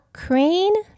crane